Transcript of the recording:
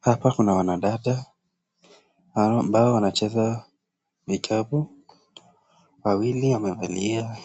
Hapa kuna wanadada ambao wanacheza vikapu, wawili wamevalia